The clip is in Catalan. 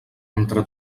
entre